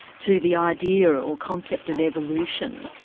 to the idea or or concept of evolution.